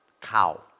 Cow